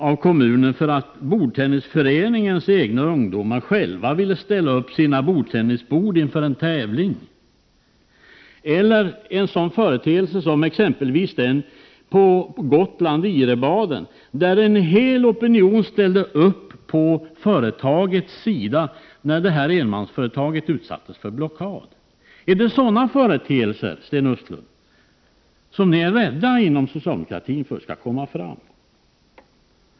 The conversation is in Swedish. av kommunen för att bordtennisföreningens egna ungdomar själva vill ställa upp sina bordtennisbord inför en tävling? Eller är det en sådan företeelse som den vid Irebaden på Gotland, där en hel opinion ställde sig på företagets sida när detta enmansföretag utsattes för blockad? Är det sådana företeelser, Sten Östlund, som ni inom socialdemokratin är rädda skall komma fram?